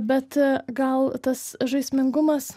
bet gal tas žaismingumas